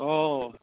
অ